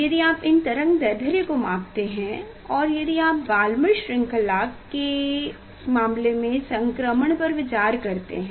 यदि आप इस तरंग दैर्ध्य को मापते हैं और यदि आप बाल्मर श्रृंखला के मामले में संक्रमण पर विचार करते हैं